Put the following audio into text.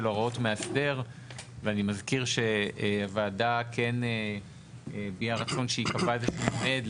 הוראות מאסדר ואני מזכיר שהוועדה כן הביעה רצון שייקבע איזשהו מועד,